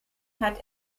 hat